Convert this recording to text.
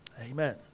Amen